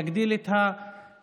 יגדיל את התל"ג,